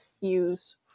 use